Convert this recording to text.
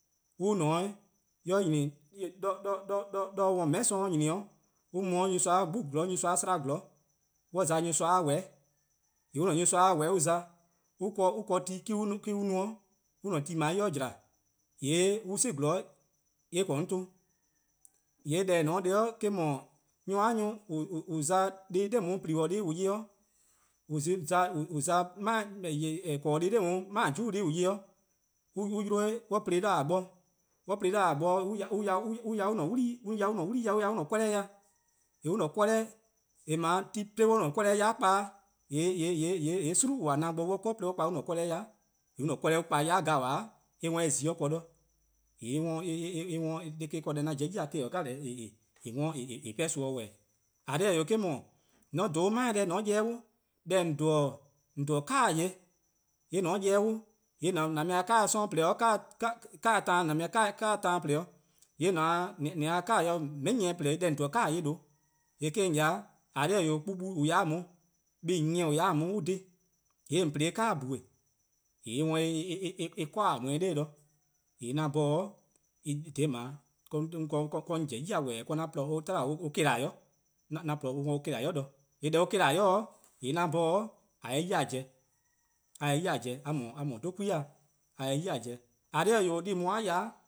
On :ne 'o 'weh 'doror'-a 'we-eh-a' :meheh' 'sorn ne nyi 'o an mu 'de nyor-a 'gbu 'zorn, 'de nyorsoa 'slaa 'zorn an za nyorsoa :weheh', nyorsoa-a' :weheh' an za-a' on 'ble ti an no 'de mor :mor an-a' ti :jla :yee' on 'si 'zorn, yee' eh :korn 'on 'ton. :yee' deh :en :ne 'o :neheh eh-: 'dhu, nyor+-a nyor+ :an za-a deh 'de :plibo 'i :an ya-ih 'de :on 'an za :korn-deh+ 'de 'majlu-' :an 'ya-ih 'de, an yi-' 'de on 'ye-ih plo 'noror' :a bo. :mor on plo-ih 'nor :a bo an ya 'de an-a' 'wlii 'weh, an ya an-a' 'wlii ya, 'de an-a' ya 'an pehluh ya, :yee' an-a pehluh', :mor ti nyni 'o on ye an-a' pehluh' yai' kpa, :yee' :gwie: :a na-a bo eh company mu-: :an 'kpa pehluh yai' :yee' an-a' pehluh an worn a kpa-a yai' gabaa', eh 'worn eh zi 'o ken, :yee' eh no deh 'an pobo ya gabaa' eh 'worn :eh 'worn :eh 'pehn son ken :wehbeh, :eh :korn dhih, eh 'dhu, :mor :on dhen ma-dhih deh :on ya-eh 'de :dee, deh :on dhen-a 'kaba-yor-eh :yee' :mor :on ya-eh 'de :dee, :an mu-eh 'kaba+ 'sororn or 'kana+ taan :plo-dih', :yee' :on se-eh 'kaba-yor :meheh' nyieh :plo-dih' deh :on dhen-a 'kaba-yor-eh :due'. :yee' eh-: :korn dhih-eh 'wee' kpukpu :on :yaa 'de on, buh+ nyieh :or :yaa 'de on eh-' dhih :yee' :on :plo-dih-eh 'kaba :bhue', :yee' eh 'worn eh 'kor-dih 'weh 'nor de. :yee' dha :dah :daa 'de on pobo: ya :wehbeh: 'de 'an :porluh try or 'kelai', 'an :poruh on 'worn on 'kelai :neheh', :yee' deh on 'kelai' :yee' 'an 'bhorn :a 'ye 'ye-eh ya pobo: a 'ye-eh ya pobo: a :mor :or 'dhu-a 'kwi-a, ;eh :korn dhih-eh 'wee', deh :daa a :ya-a 'de,